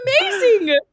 amazing